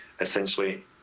essentially